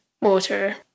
water